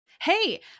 Hey